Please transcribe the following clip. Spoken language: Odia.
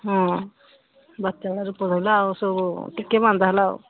ବାତ୍ୟା ଭଳିଆ ରୂପ ଧଇଲା ଆଉ ସବୁ ଟିକେ ମାନ୍ଦା ହେଲା ଆଉ